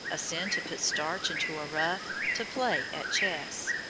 a sin to put starch into a ruff, to play at chess.